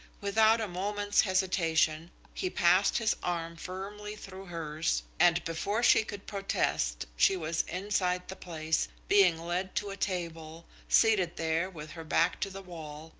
without a moment's hesitation he passed his arm firmly through hers, and before she could protest she was inside the place, being led to a table, seated there with her back to the wall,